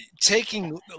Taking